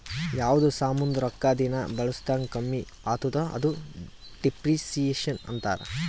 ಯಾವ್ದು ಸಾಮಾಂದ್ ರೊಕ್ಕಾ ದಿನಾ ಬಳುಸ್ದಂಗ್ ಕಮ್ಮಿ ಆತ್ತುದ ಅದುಕ ಡಿಪ್ರಿಸಿಯೇಷನ್ ಅಂತಾರ್